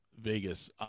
Vegas